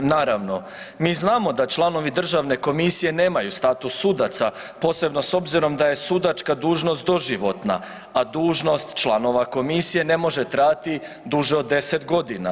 Naravno, mi znamo da članovi državne komisije nemaju status sudaca, posebno s obzirom da je sudačka dužnost doživotna, a dužnost članova komisije ne može trajati duže od 10.g.